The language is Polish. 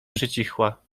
przycichła